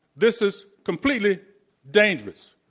this is completely dangerous.